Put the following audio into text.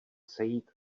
sejít